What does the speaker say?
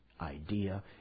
idea